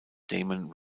damon